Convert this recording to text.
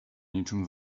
niczym